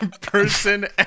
person